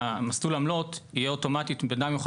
מסלול העמלות יהיה אוטומטי ובן אדם יוכל